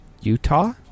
Utah